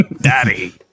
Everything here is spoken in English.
Daddy